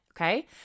Okay